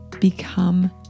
become